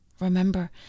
Remember